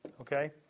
okay